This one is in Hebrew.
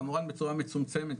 כמובן בצורה מצומצמת,